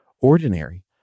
ordinary